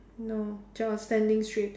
no just standing straight